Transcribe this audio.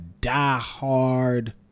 diehard